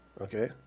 okay